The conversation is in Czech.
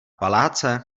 paláce